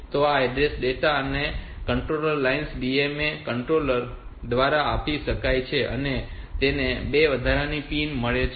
તો આ address data અને કંટ્રોલર લાઇન્સ પણ DMA કંટ્રોલર દ્વારા આપી શકાય છે અને તેને બે વધારાની પિન મળી છે